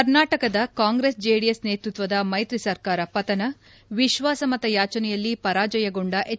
ಕರ್ನಾಟಕದ ಕಾಂಗ್ರೆಸ್ ಜೆಡಿಎಸ್ ನೇತೃತ್ವದ ಮೈತ್ರಿ ಸರ್ಕಾರ ಪತನ ವಿತ್ವಾಸಮತ ಯಾಚನೆಯಲ್ಲಿ ಪರಾಜಯಗೊಂಡ ಎಚ್